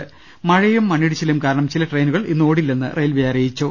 രുടെട്ട്ടെടു മഴയും മണ്ണിടിച്ചിലും കാരണം ചില ട്രെയിനുകൾ ഇന്ന് ഓടില്ലെന്ന് റെയിൽവെ അറിയിച്ചു